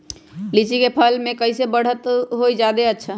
लिचि क फल म कईसे बढ़त होई जादे अच्छा?